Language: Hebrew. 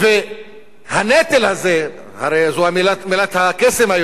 והנטל הזה, הרי זו מילת הקסם היום,